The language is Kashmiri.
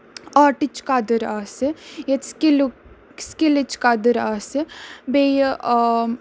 آرٹٕچ قدر آسہِ ییٚتہِ سِکِلُک سِکِلٕچ قدٕر آسہِ بیٚیہِ آ